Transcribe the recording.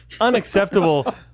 Unacceptable